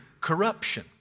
corruption